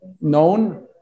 known